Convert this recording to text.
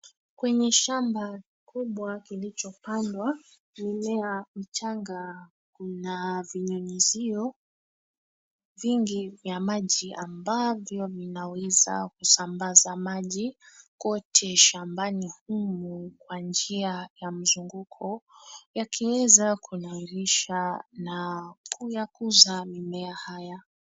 Kwenye shamba kubwa kilichopandwa mimea michanga kuna vinyunyizio vingi vya maji ambavyo vinaweza kusambaza maji kote shambani humu kwa njia ya mzunguko yakuweza kunawirisha na kuyakuza mimea haya.